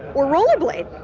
or roller blade,